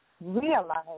realize